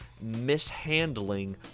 mishandling